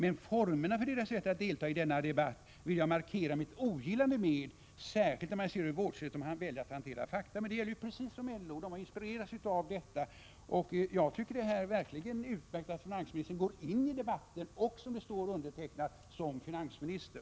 Men formerna för deras sätt att delta i denna debatt vill jag markera mitt ogillande med. Särskilt när man ser hur vårdslöst de väljer att hantera fakta.” Detta passar precis in på LO. LO har ju inspirerats av det där. Jag tycker att det verkligen är utmärkt att finansministern går in i debatten och undertecknar sin artikel som finansminister.